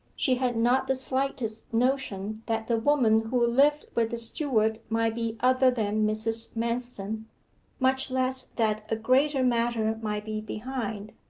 she had not the slightest notion that the woman who lived with the steward might be other than mrs. manston much less that a greater matter might be behind.